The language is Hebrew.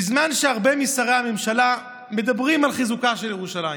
בזמן שהרבה משרי הממשלה מדברים על חיזוקה של ירושלים,